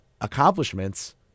accomplishments